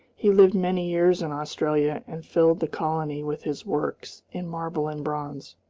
he lived many years in australia, and filled the colony with his works in marble and bronze.